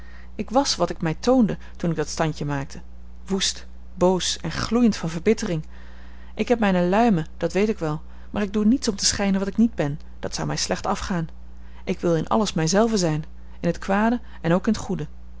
ik was wat ik mij toonde toen ik dat standje maakte woest boos en gloeiend van verbittering ik heb mijne luimen dat weet ik wel maar ik doe niets om te schijnen wat ik niet ben dat zou mij slecht afgaan ik wil in alles mij zelve zijn in t kwade en ook in t goede